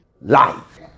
life